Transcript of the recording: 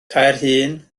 caerhun